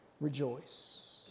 rejoice